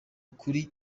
kuri